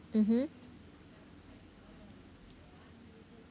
mmhmm